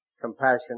compassion